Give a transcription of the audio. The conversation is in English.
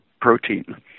protein